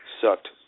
sucked